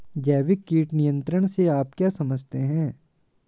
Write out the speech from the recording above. जैविक कीट नियंत्रण से आप क्या समझते हैं?